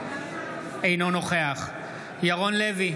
אינו נוכח ירון לוי,